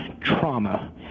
trauma